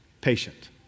patient